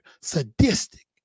sadistic